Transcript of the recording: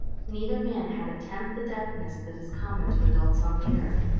neither man had a tenth the deftness that is common to adults on the earth.